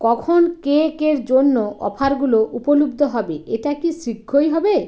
কখন কেক এর জন্য অফারগুলো উপলব্ধ হবে এটা কি শীঘ্রই হবে